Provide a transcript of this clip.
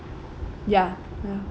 ya ya